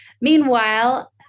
Meanwhile